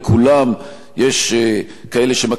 יש כאלה שמקפידים בהם יותר,